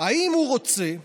אם הוא רוצה שבמחשב,